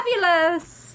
Fabulous